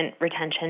retention